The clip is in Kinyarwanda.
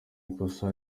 ikosa